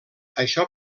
això